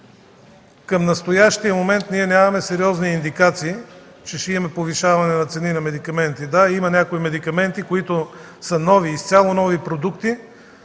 Към настоящия момент нямаме сериозни индикации, че ще има повишаване на цени на медикаменти. Да, има някои медикаменти, които са нови, изцяло нови продукти,